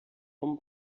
vom